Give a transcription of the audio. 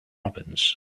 robins